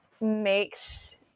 makes